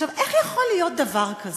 עכשיו, איך יכול להיות דבר כזה?